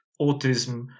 autism